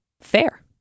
Fair